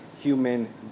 human